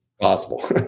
possible